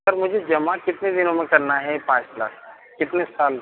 sir मुझे जमा कितने दिनों में करना है ये पाँच लाख कितने साल